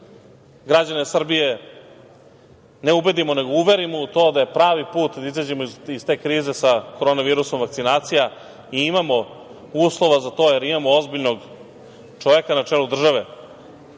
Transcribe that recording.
građane Srbije ne ubedimo nego uverimo u to da je pravi put da izađemo iz te krize sa koronom virusa, vakcinacija. Imamo uslova za to, jer imamo ozbiljnog čoveka na čelu države,